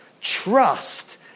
Trust